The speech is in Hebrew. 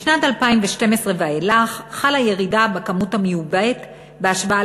משנת 2012 ואילך חלה ירידה בכמות המיובאת בהשוואה